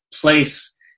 place